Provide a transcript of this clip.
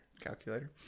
Calculator